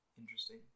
Interesting